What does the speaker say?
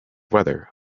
weather